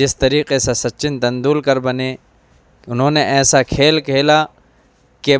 جس طریقے سے سچن تندولکر بنیں انہوں نے ایسا کھیل کھیلا کہ